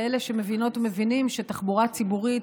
לאלה שמבינות ומבינים שתחבורה ציבורית